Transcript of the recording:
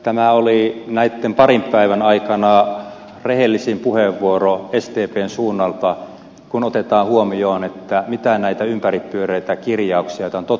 tämä oli näitten parin päivän aikana rehellisin puheenvuoro sdpn suunnalta kun otetaan huomioon mitä näitä ympäripyöreitä kirjauksia aiotaan toteuttaa